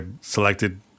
selected